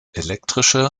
elektrische